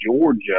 Georgia